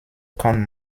kann